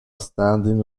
standing